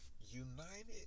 United